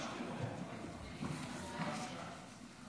הצעת חוק המאבק בטרור,